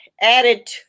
added